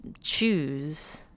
choose